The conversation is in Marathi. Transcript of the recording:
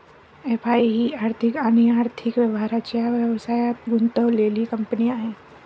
एफ.आई ही आर्थिक आणि आर्थिक व्यवहारांच्या व्यवसायात गुंतलेली कंपनी आहे